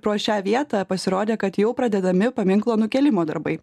pro šią vietą pasirodė kad jau pradedami paminklo nukėlimo darbai